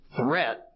Threat